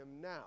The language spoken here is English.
now